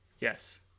Yes